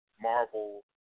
Marvel